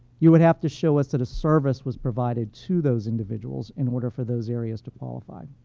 you would have to show us that a service was provided to those individuals in order for those areas to qualify.